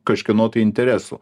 kažkieno tai interesų